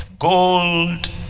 Gold